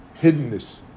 hiddenness